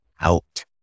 out